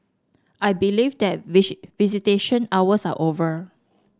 I believe that visitation hours are over